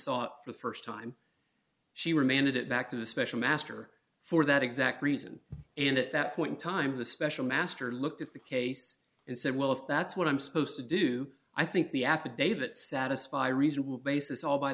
for the st time she remained it back to the special master for that exact reason and at that point in time the special master looked at the case and said well if that's what i'm supposed to do i think the affidavit satisfy reasonable basis all by